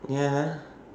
ya